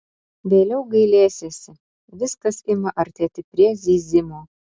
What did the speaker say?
vėliau gailėsiesi viskas ima artėti prie zyzimo